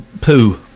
poo